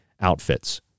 outfits